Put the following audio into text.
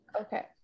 Okay